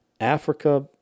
Africa